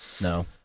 No